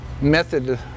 method